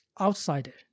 outsider